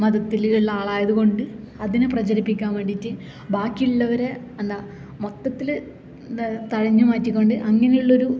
മതത്തിലുള്ള ആളായത് കൊണ്ട് അതിനെ പ്രചരിപ്പിക്കാന് വേണ്ടിയിട്ട് ബാക്കിയുള്ളവരെ എന്താ മൊത്തത്തിൽ എന്താ തഴഞ്ഞു മാറ്റി കൊണ്ട് അങ്ങനെ ഉള്ളൊരു